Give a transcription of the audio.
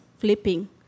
flipping